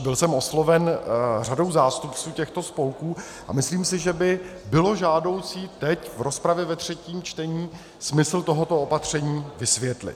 Byl jsem osloven řadou zástupců těchto spolků a myslím si, že by bylo žádoucí teď v rozpravě ve třetím čtení smysl tohoto opatření vysvětlit.